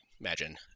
imagine